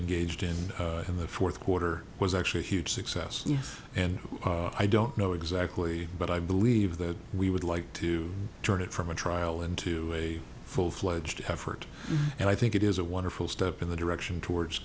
and gauged in in the fourth quarter was actually a huge success and i don't know exactly but i believe that we would like to turn it from a trial into a full fledged effort and i think it is a wonderful step in the direction towards